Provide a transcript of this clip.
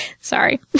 Sorry